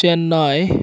Chennai